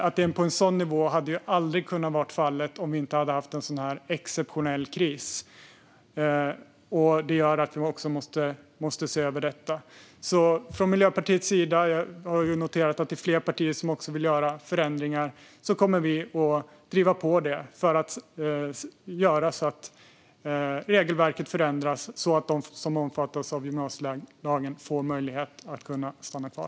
Åtgärder på en sådan nivå hade aldrig kunnat vara fallet om vi inte hade haft en sådan här exceptionell kris. Det gör att vi måste se över detta. Från Miljöpartiets sida - jag har noterat att det också är fler partier som vill göra förändringar - kommer vi att driva på det här så att regelverket förändras så att de som omfattas av gymnasielagen får möjlighet att stanna kvar.